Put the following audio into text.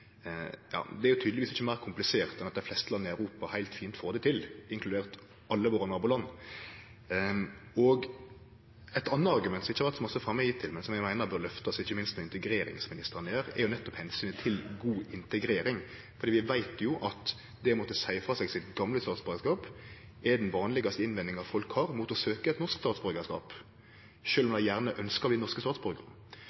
Det er tydelegvis ikkje meir komplisert enn at dei fleste landa i Europa heilt fint får det til, inkludert alle nabolanda våre. Eit anna argument, som ikkje har vore så mykje framme hittil, men som eg meiner bør løftast, ikkje minst når integreringsministeren er her, er omsynet til god integrering. Vi veit jo at det å måtte seie frå seg sitt gamle statsborgarskap er den vanlegaste innvendinga folk har mot å søkje om norsk statsborgarskap, sjølv om